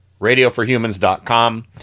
radioforhumans.com